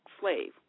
slave